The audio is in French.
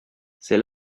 c’est